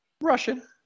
Russian